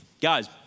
Guys